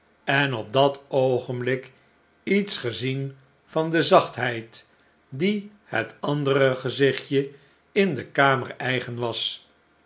en op dat oogenblik iets gezien van de zachtheid die het andere gezichtje in de kamer eigen was